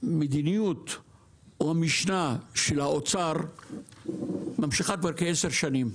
המשנה של האוצר קיימת כ-10 שנים.